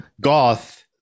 goth